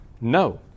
No